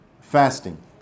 fasting